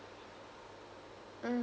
mm